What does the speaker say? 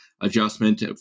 adjustment